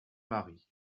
marie